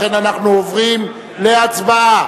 לכן אנחנו עוברים להצבעה.